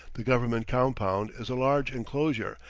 the government compound is a large enclosure,